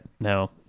no